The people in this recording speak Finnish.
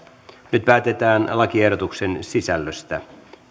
nyt päätetään lakiehdotuksen sisällöstä